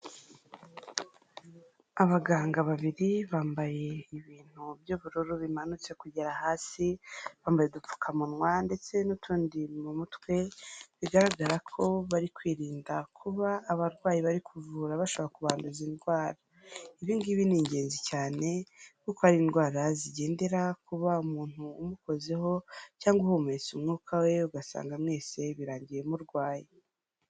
Abaganga babiri bambaye ibintu by'ubururu bimanutse kugera hasi, bambaye udupfukamunwa ndetse n'utundi mu mutwe, bigaragara ko bari kwirinda kuba abarwayi bari kuvura bashobora kubanduza indwara. Ibi ngibi ni ingenzi cyane kuko hari indwara zigendera kuba umuntu umukozeho cyangwa uhumetse umwuka we ugasanga mwese birangiye murwaye.